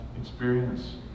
experience